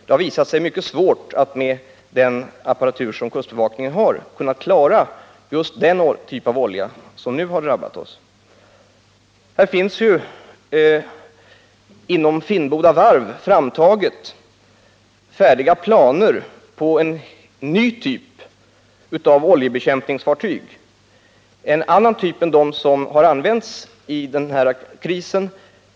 Det har visat sig mycket svårt att med kustbevakningens apparatur kunna klara just den typ av olja som nu har drabbat oss. Vid Finnboda Varv finns det planer på en ny typ av oljebekämpningsfartyg, en annan typ än den som har använts under den här krisen.